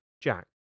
Jack